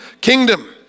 kingdom